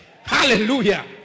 Hallelujah